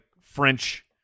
French